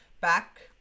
back